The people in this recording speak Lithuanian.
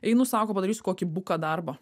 einu sako padarysiu kokį buką darbą